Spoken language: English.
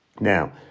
Now